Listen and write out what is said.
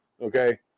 Okay